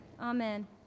Amen